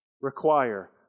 require